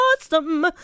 awesome